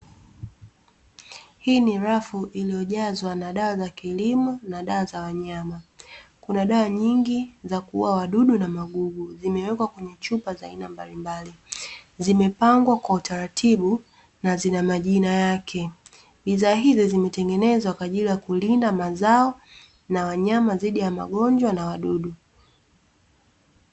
Hii ni Rafu iliyojazwa na dawa za kilimo na dawa za wanyama, kuna dawa nyingi za kuua wadudu na magugu zimewekwa kwenye chupa za aina mbalimbali, zimepangwa kwa utaratibu na zina majina yake, bidhaa hizo zimetengenezwa kwa ajili ya kulinda mazao na wanyama dhidi ya magonjwa na wadudu.